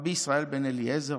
רבי ישראל בן אליעזר,